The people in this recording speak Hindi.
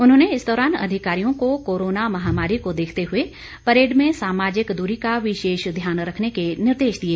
उन्होंने इस दौरान अधिकारियों को कोरोना महामारी को देखते हुए परेड में सामाजिक दूरी का विशेष ध्यान रखने के निर्देश दिए